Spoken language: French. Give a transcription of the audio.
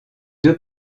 deux